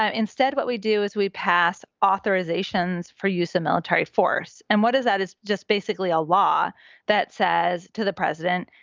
ah instead, what we do is we pass authorizations for use of military force. and what does that is just basically a law that says to the president,